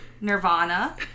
Nirvana